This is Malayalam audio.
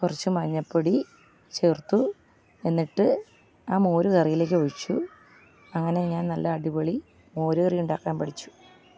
കുറച്ചു മഞ്ഞൾപ്പൊടി ചേർത്തു എന്നിട്ട് ആ മോരു കറിയിലേക്ക് ഒഴിച്ചു അങ്ങനെ ഞാൻ നല്ല അടിപൊളി മോരുകറി ഉണ്ടാക്കാൻ പഠിച്ചു